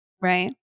right